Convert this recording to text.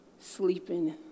sleeping